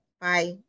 bye